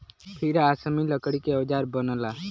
फिर आसमी लकड़ी के औजार बनला